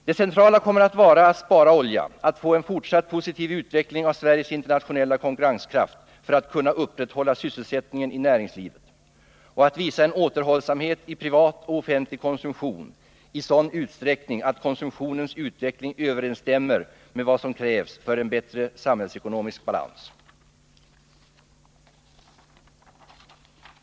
Det centrala kommer att vara att spara olja, att få en fortsatt positiv utveckling av Sveriges internationella konkurrenskraft för att vi skall kunna upprätthålla sysselsättningen i näringslivet och visa en återhållsamhet i privat och offentlig konsumtion i sådan utsträckning att konsumtionens utveckling överensstämmer med vad som krävs för en bättre samhällsekonomisk balans.